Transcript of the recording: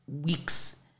weeks